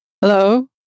Hello